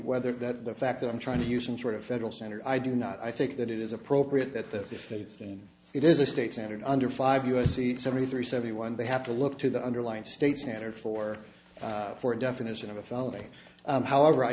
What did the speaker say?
whether that the fact that i'm trying to use some sort of federal standard i do not i think that it is appropriate that the fifteen it is a state centered under five u s c seventy three seventy one they have to look to the underlying state's matter for for a definition of a felony however i